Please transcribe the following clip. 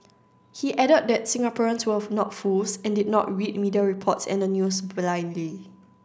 he added that Singaporeans were not fools and did not read media reports and the news blindly